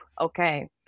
okay